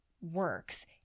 works